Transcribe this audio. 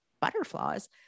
butterflies